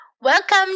Welcome